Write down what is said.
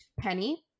penny